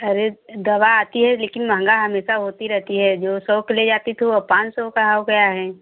अरे दवा आती है लेकिन महँगा हमेशा होती रहती है जो सौ की ले जाती थी वो पाँच सौ का हो गया है